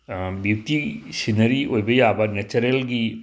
beauty scenery ꯑꯣꯏꯕ ꯌꯥꯕ ꯅꯦꯆꯔꯦꯜꯒꯤ